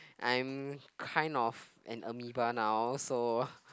I'm kind of an amoeba now so